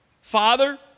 Father